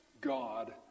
God